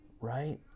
right